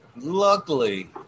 Luckily